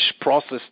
process